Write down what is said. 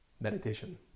meditation